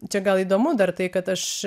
čia gal įdomu dar tai kad aš